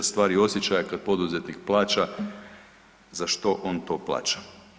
Stvar je osjećaja kad poduzetnik plaća za što on to plaća.